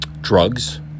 drugs